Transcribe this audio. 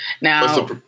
Now